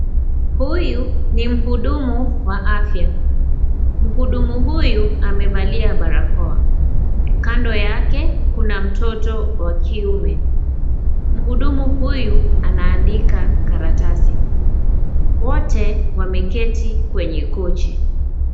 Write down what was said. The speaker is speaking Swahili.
Huyu ni mhudumu wa afya, muhudumu huyu amevalia barakoa kando yake kuna mtoto wa kiume. Muhudumu huyu anaandika karatasi, wote wameketi kwenye kochi.